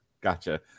Gotcha